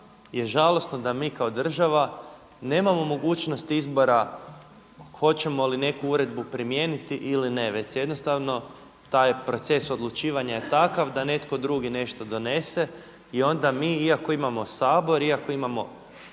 će reći da mi kao država nemamo mogućnosti izbora hoćemo li neku uredbu primijeniti ili ne, već se jednostavno taj proces odlučivanja je takav da netko drugi nešto donese i onda mi iako imamo Sabor, iako imamo